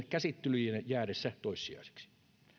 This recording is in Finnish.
käsittelyjen jäädessä toissijaisiksi